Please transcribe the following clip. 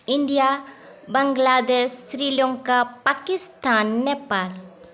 India Bangladesh Sri Lanka Pakistan Nepal